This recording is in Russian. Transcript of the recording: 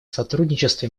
сотрудничестве